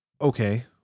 okay